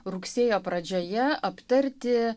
rugsėjo pradžioje aptarti